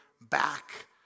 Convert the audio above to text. back